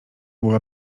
była